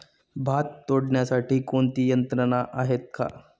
भात तोडण्यासाठी कोणती यंत्रणा आहेत का?